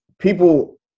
people